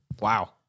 Wow